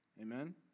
Amen